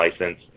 license